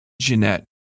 Jeanette